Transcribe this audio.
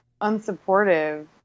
unsupportive